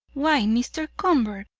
why, mr. convert,